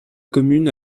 commune